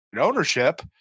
ownership